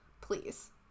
please